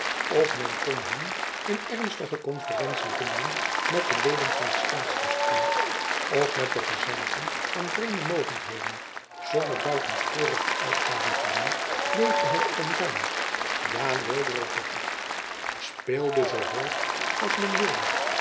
of men kon hem in ernstige konferentie vinden met de leden van het staatsbestuur of met de gezanten van vreemde mogendheden zonder buitensporige uitgaven te doen leefde hy op een ruimen jacob van lennep elizabeth musch ja weelderigen voet speelde zoo hoog men wilde